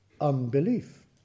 unbelief